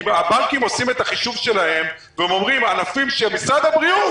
כי הבנקים עושים את החישוב שלהם ואומרים שענפים שמשרד הבריאות